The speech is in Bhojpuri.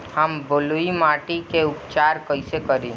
हम बलुइ माटी के उपचार कईसे करि?